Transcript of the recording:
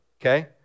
Okay